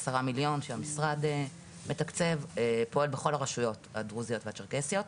עשרה מיליון שהמשרד מתקצב ופועל בכל הרשויות הדרוזיות והצ'רקסיות.